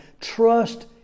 Trust